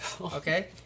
okay